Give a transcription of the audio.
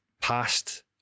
past